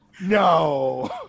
No